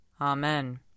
Amen